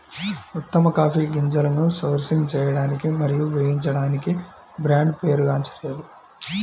ఉత్తమ కాఫీ గింజలను సోర్సింగ్ చేయడానికి మరియు వేయించడానికి బ్రాండ్ పేరుగాంచలేదు